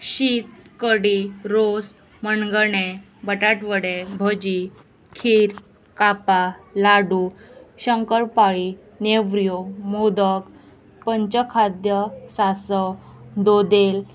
शीत कडी रोस मणगणें बटाटवडे भजी खीर कापा लाडू शंकरपाळी नेवऱ्यो मोदक पंच खाद्य सासो दोदेल